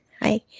hi